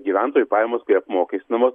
gyventojų pajamos kai apmokestinamos